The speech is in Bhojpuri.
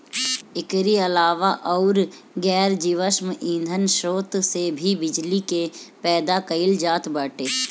एकरी अलावा अउर गैर जीवाश्म ईधन स्रोत से भी बिजली के पैदा कईल जात बाटे